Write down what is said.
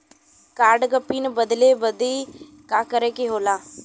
Card क pin बदले बदी का करे के होला?